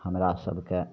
हमरा सभकेँ